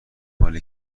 مال